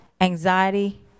anxiety